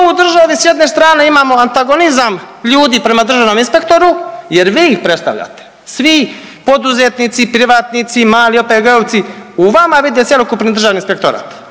u državi s jedne strane imamo antagonizam ljudi prema državnom inspektoru jer vi ih predstavljate. Svi poduzetnici, privatnici, mali OPG-ovci u vama vide cjelokupni Državni inspektorat.